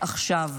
עכשיו.